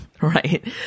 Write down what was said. right